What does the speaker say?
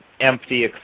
empty